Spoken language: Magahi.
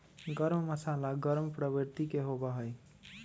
गर्म मसाला गर्म प्रवृत्ति के होबा हई